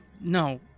no